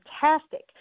fantastic